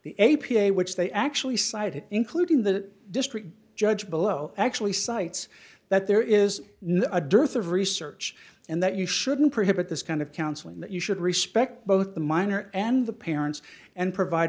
the a p a which they actually cited including the district judge below actually cites that there is not a dearth of research and that you shouldn't prevent this kind of counseling that you should respect both the minor and the parents and provide